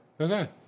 Okay